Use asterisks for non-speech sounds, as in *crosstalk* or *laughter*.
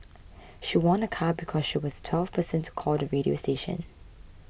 *noise* she won a car because she was the twelfth person to call the radio station